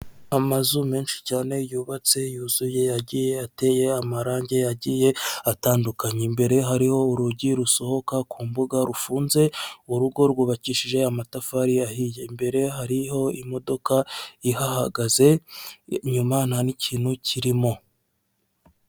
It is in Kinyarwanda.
Amazu menshi cyane yubatse yuzuye agiye ateye amarangi agiye atandukanye, imbere hariho urugi rusohoka ku mbuga rufunze, urugo rwubakishije amatafari ahiye, imbere hariho imodoka ihagaze inyuma nta n'ikintu kirimo.